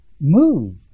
move